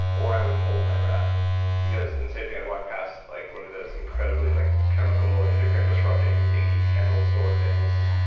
or i would hold my breath because and same thing. i would walk past like one of those incredibly like chemical, and kind of disrupting yankee candle store things,